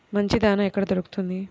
మంచి దాణా ఎక్కడ దొరుకుతుంది?